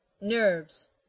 Nerves